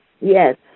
Yes